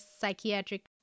psychiatric